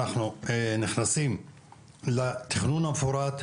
אנחנו נכנסים לתכנון המפורט,